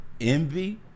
Envy